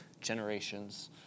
generations